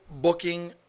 booking